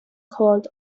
called